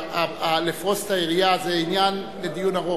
לפרוס את היריעה זה עניין לדיון ארוך.